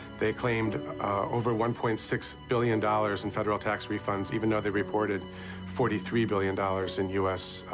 they claimed over one point six billion dollars in federal tax refunds even though they reported forty three billion dollars in u s.